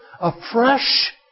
afresh